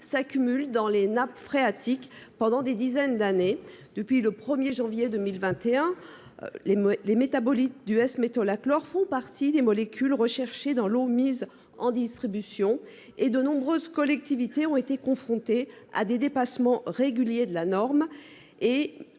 s'accumulent dans les nappes phréatiques pendant des dizaines d'années depuis le 1er janvier 2021. Les les métabolites du S-métolachlore font partie des molécules recherchées dans l'eau, mise en distribution et de nombreuses collectivités ont été confrontés à des dépassements réguliers de la norme